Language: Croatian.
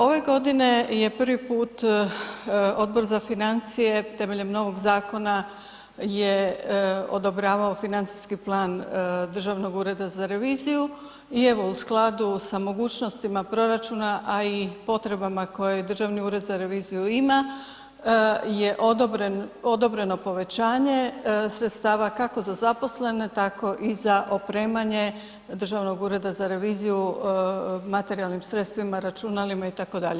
Ove godine je prvi put Odbor za financije temeljem novog zakona je odobravao financijski plan Državnog ureda za reviziju i evo, u skladu sa mogućnostima proračuna, a i potrebama koje Državni ured za reviziju ima je odobreno povećanje sredstava, kako za zaposlene tako i za opremanje Državnog ureda za reviziju materijalnim sredstvima, računalima, itd.